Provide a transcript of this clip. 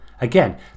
Again